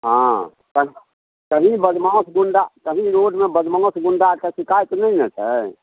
हँ पर कहीं बदमास गुण्डा कहीं रोडमे बदमास गुण्डाके सिकाइत नहि ने छै